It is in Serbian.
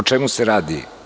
O čemu se radi?